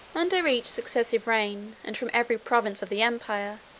under each successive reign, and from every province of the empire,